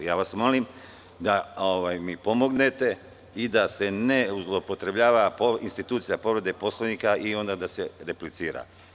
Molim vas da mi pomognete i da se ne zloupotrebljava institucija povrede Poslovnika i da se replicira.